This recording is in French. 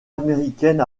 américaine